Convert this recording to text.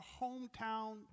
hometown